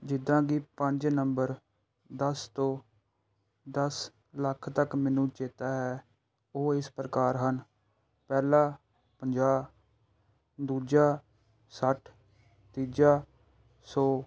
ਜਿੱਦਾਂ ਕਿ ਪੰਜ ਨੰਬਰ ਦਸ ਤੋਂ ਦਸ ਲੱਖ ਤੱਕ ਮੈਨੂੰ ਚੇਤਾ ਹੈ ਉਹ ਇਸ ਪ੍ਰਕਾਰ ਹਨ ਪਹਿਲਾ ਪੰਜਾਹ ਦੂਜਾ ਸੱਠ ਤੀਜਾ ਸੌ